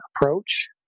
approach